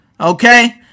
okay